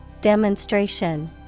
Demonstration